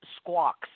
squawks